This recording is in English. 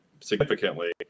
significantly